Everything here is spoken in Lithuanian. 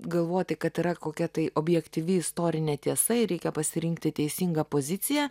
galvoti kad yra kokia tai objektyvi istorinė tiesa ir reikia pasirinkti teisingą poziciją